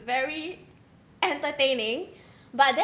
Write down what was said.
very entertaining but